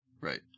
Right